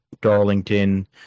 Darlington